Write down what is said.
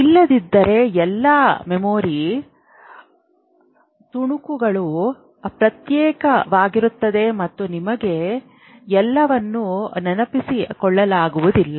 ಇಲ್ಲದಿದ್ದರೆ ಎಲ್ಲಾ ಮೆಮೊರಿ ತುಣುಕುಗಳು ಪ್ರತ್ಯೇಕವಾಗಿರುತ್ತವೆ ಮತ್ತು ನಿಮಗೆ ಎಲ್ಲವನ್ನೂ ನೆನಪಿಸಿಕೊಳ್ಳಲಾಗುವುದಿಲ್ಲ